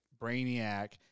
Brainiac